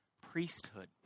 priesthood